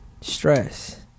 stress